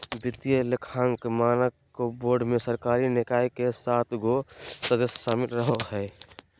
वित्तीय लेखांकन मानक बोर्ड मे सरकारी निकाय के सात गो सदस्य शामिल रहो हय